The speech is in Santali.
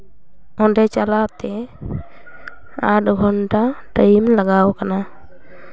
ᱚᱰᱮ ᱪᱟᱞᱟᱣ ᱛᱮ ᱟᱴ ᱜᱷᱚᱱᱴᱟ ᱴᱟᱭᱤᱢ ᱞᱟᱜᱟᱣ ᱠᱟᱱᱟ